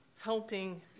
helping